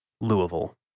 Louisville